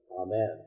Amen